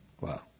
Wow